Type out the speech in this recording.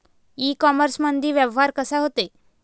इ कामर्समंदी व्यवहार कसा होते?